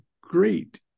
great